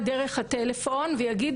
וכל מה שנאמר פה,